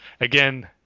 again